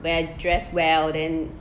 wear dress well then